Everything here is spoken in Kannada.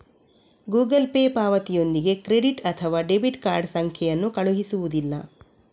ಗೂಗಲ್ ಪೇ ಪಾವತಿಯೊಂದಿಗೆ ಕ್ರೆಡಿಟ್ ಅಥವಾ ಡೆಬಿಟ್ ಕಾರ್ಡ್ ಸಂಖ್ಯೆಯನ್ನು ಕಳುಹಿಸುವುದಿಲ್ಲ